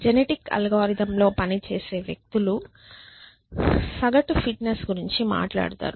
genetic algorithm తో పనిచేసే వ్యక్తులు సగటు ఫిట్నెస్ గురించి మాట్లాడతారు